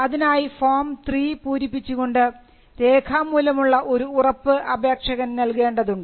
അതിനായി ഫോം 3 പൂരിപ്പിച്ചു കൊണ്ട് രേഖാമൂലമുള്ള ഒരു ഉറപ്പ് അപേക്ഷകൻ നൽകേണ്ടതുണ്ട്